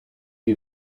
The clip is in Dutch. die